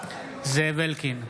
זאב אלקין,